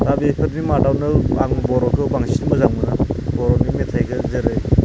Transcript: दा बेफोरनि मादाव नों आं बर'खौ बांसिन मोजां मोनो बर'नि मेथाइखौ जेरै